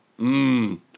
Mmm